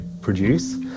produce